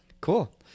Cool